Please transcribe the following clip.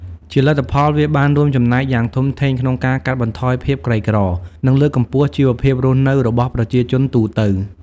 ជាលទ្ធផល វាបានរួមចំណែកយ៉ាងធំធេងក្នុងការកាត់បន្ថយភាពក្រីក្រ និងលើកកម្ពស់ជីវភាពរស់នៅរបស់ប្រជាជនទូទៅ។